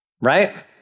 Right